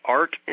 art